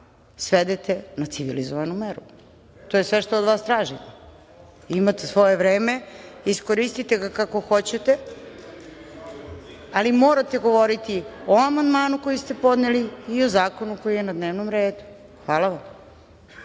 svedete na civilizovanu meru. To je sve što od vas tražim. Imate svoje vreme, iskoristite ga kako hoćete, ali morate govoriti o amandmanu koji ste podneli i o zakonu koji je na dnevnom redu. Hvala vam.